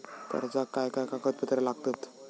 कर्जाक काय काय कागदपत्रा लागतत?